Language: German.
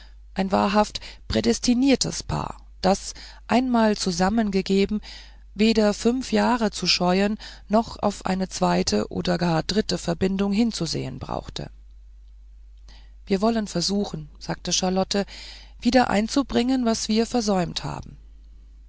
ein wahrhaft prädestiniertes paar das einmal zusammengegeben weder fünf jahre zu scheuen noch auf eine zweite oder gar dritte verbindung hinzusehen brauchte wir wollen versuchen sagte charlotte wieder einzubringen was wir versäumt haben